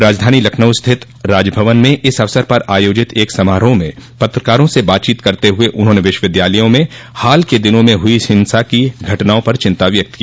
राजधानी लखनऊ स्थित राजभवन में इस अवसर पर आयोजित एक समारोह में पत्रकारों स बातचीत करते हुए उन्होंने विश्वविद्यालयो में हाल के दिनों में हुई हिंसा की घटनाओं पर चिंता व्यक्त की